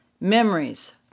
Memories